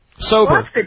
Sober